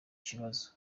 kibazo